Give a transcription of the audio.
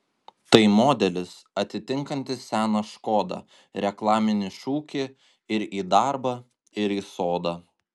tai modelis atitinkantis seną škoda reklaminį šūkį ir į darbą ir į sodą